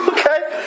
Okay